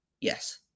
Yes